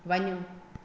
वञो